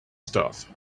stuff